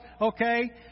okay